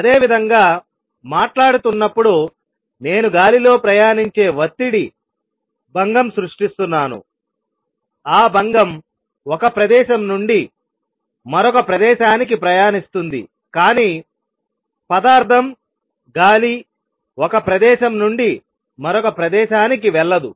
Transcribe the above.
అదేవిధంగా మాట్లాడుతున్నప్పుడు నేను గాలిలో ప్రయాణించే ఒత్తిడి భంగం సృష్టిస్తున్నాను ఆ భంగం ఒక ప్రదేశం నుండి మరొక ప్రదేశానికి ప్రయాణిస్తుంది కానీ పదార్థం గాలి ఒక ప్రదేశం నుండి మరొక ప్రదేశానికి వెళ్ళదు